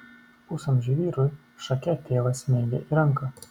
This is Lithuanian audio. pusamžiui vyrui šake tėvas smeigė į ranką